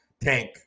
Tank